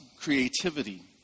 creativity